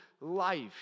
life